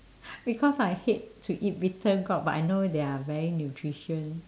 because I hate to eat bittergourd but I know they are very nutrition